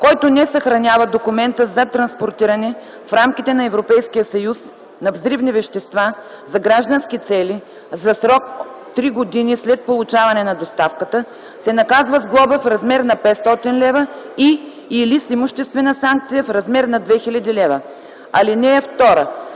Който не съхранява документа за транспортиране в рамките на Европейския съюз на взривни вещества за граждански цели за срок 3 години след получаване на доставката, се наказва с глоба в размер на 500 лв. и/или с имуществена санкция в размер на 2000 лв. (2) При